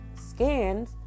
scans